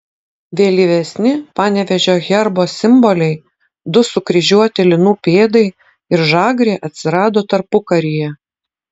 vėlyvesni panevėžio herbo simboliai du sukryžiuoti linų pėdai ir žagrė atsirado tarpukaryje